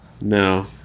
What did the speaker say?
No